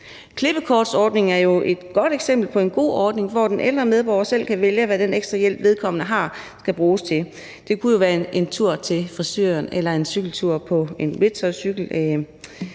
Klippekortsordningen er jo et godt eksempel på en god ordning, hvor den ældre medborger selv kan vælge, hvad den ekstra hjælp, vedkommende har, skal bruges til. Det kunne jo være en tur til frisøren eller en cykeltur på en rickshawcykel,